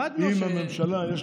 למדנו, למשל, לדוגמה, אם לממשלה יש